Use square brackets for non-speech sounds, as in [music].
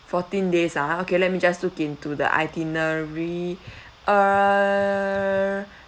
fourteen days ah okay let me just look into the itinerary [breath] err